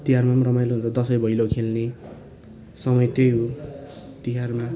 तिहारमा पनि रमाइलो हुन्छ दैउसी भैलो खेल्ने समय त्यही हो तिहारमा